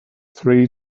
three